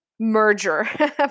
Merger